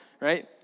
right